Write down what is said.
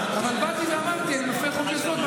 אתה מפר חוק-יסוד.